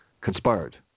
conspired